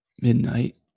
midnight